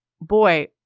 boy